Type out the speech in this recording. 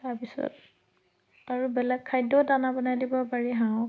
তাৰপিছত আৰু বেলেগ খাদ্যও দানা বনাই দিব পাৰি হাঁহক